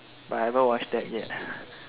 but I haven't watched that yet